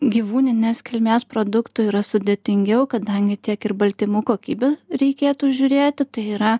gyvūninės kilmės produktų yra sudėtingiau kadangi tiek ir baltymų kokybė reikėtų žiūrėti tai yra